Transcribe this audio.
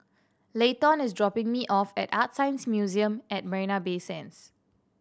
Leighton is dropping me off at ArtScience Museum at Marina Bay Sands